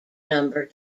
number